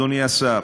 אדוני השר,